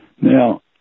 Now